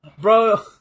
Bro